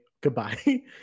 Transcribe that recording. goodbye